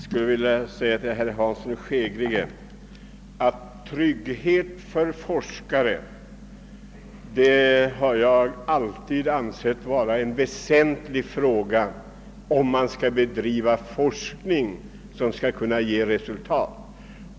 Herr talman! Trygghet för forskare, herr Hansson i Skegrie, har jag alltid ansett vara en väsentlig fråga, om det skall bedrivas forskning som ger resultat.